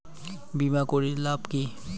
বিমা করির লাভ কি?